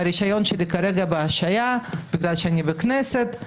הרישיון שלי כרגע בהשהיה בגלל שאני בכנסת,